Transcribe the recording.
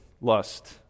lust